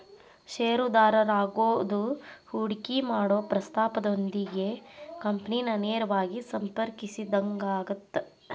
ಷೇರುದಾರರಾಗೋದು ಹೂಡಿಕಿ ಮಾಡೊ ಪ್ರಸ್ತಾಪದೊಂದಿಗೆ ಕಂಪನಿನ ನೇರವಾಗಿ ಸಂಪರ್ಕಿಸಿದಂಗಾಗತ್ತ